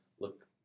look